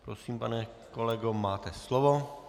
Prosím, pane kolego, máte slovo.